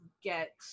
get